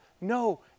no